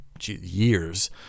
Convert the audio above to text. years